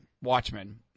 Watchmen